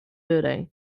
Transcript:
building